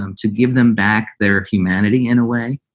um to give them back their humanity in a way,